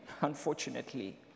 unfortunately